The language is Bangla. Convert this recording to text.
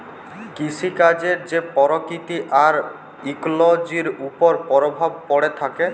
কিসিকাজের যে পরকিতি আর ইকোলোজির উপর পরভাব প্যড়ে থ্যাকে